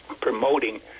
promoting